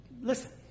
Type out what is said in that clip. Listen